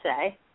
say